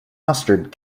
mustard